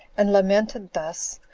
and lamented thus,